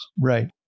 right